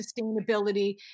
sustainability